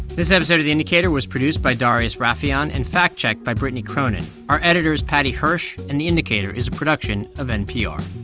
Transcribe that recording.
this episode of the indicator was produced by darius rafieyan and fact-checked by brittany cronin. our editor is paddy hirsch, and the indicator is a production of npr